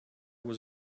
was